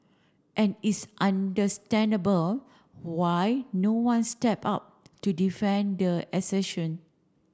and it's understandable why no one stepped up to defend the assertion